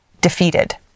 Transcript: defeated